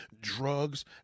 Drugs